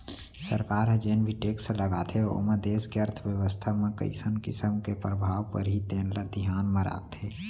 सरकार ह जेन भी टेक्स लगाथे ओमा देस के अर्थबेवस्था म कइसन किसम के परभाव परही तेन ल धियान म राखथे